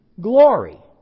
glory